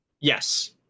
Yes